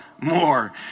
more